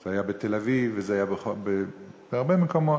זה היה בתל-אביב וזה היה בהרבה מקומות.